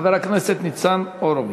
חבר הכנסת ניצן הורוביץ.